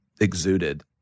exuded